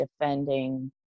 defending